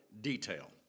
detail